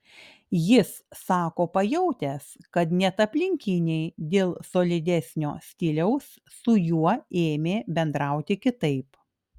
jis sako pajautęs kad net aplinkiniai dėl solidesnio stiliaus su juo ėmė bendrauti kitaip